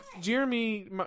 Jeremy